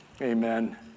Amen